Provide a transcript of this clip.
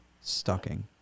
Stocking